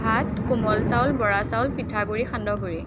ভাত কোমল চাউল বৰা চাউল পিঠাগুড়ি সান্দহ গুড়ি